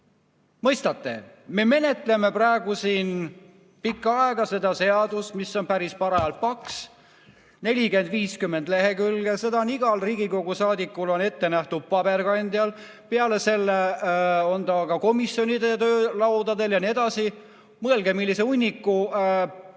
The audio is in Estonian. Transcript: Mõistate? Me menetleme praegu siin pikka aega seda seaduseelnõu, mis on päris parajalt paks, 40–50 lehekülge, ja see on igale Riigikogu saadikule ette nähtud esitada paberkandjal, peale selle on ta ka komisjonide töölaudadel jne. Mõelge, millise hunniku